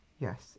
Yes